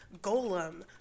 golem